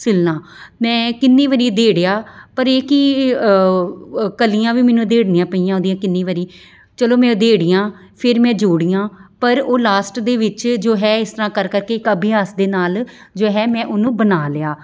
ਸਿਲਨਾ ਮੈਂ ਕਿੰਨੀ ਵਾਰੀ ਦੇੜਿਆ ਪਰ ਇਹ ਕੀ ਕਲੀਆਂ ਵੀ ਮੈਨੂੰ ਉਧੇੜਣੀਆਂ ਪਈਆਂ ਉਹਦੀਆਂ ਕਿੰਨੀ ਵਾਰੀ ਚਲੋ ਮੈਂ ਉਧੇੜੀਆਂ ਫਿਰ ਮੈਂ ਜੋੜੀਆਂ ਪਰ ਉਹ ਲਾਸਟ ਦੇ ਵਿੱਚ ਜੋ ਹੈ ਇਸ ਤਰ੍ਹਾਂ ਕਰ ਕਰਕੇ ਇੱਕ ਅਭਿਆਸ ਦੇ ਨਾਲ ਜੋ ਹੈ ਮੈਂ ਉਹਨੂੰ ਬਣਾ ਲਿਆ